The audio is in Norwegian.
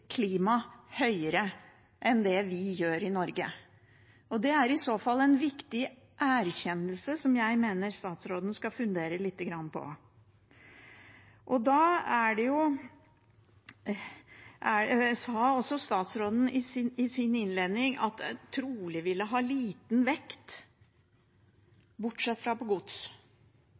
klima høyere enn det vi gjør i Norge. Det er i så fall en viktig erkjennelse som jeg mener statsråden skal fundere lite grann på. Statsråden sa i sin innledning at det trolig ville ha liten vekt bortsett fra på gods.